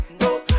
no